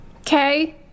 Okay